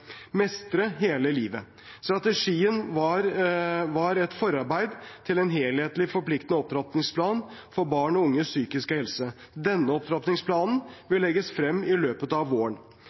Mestre hele livet. Strategien var et forarbeid til en helhetlig og forpliktende opptrappingsplan for barn og unges psykiske helse. Denne opptrappingsplanen vil legges frem i løpet av våren.